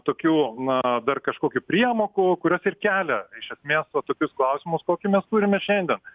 tokių na dar kažkokių priemokų kurios ir kelia tai iš emės va tokius klausimus kokį mes turime šiandien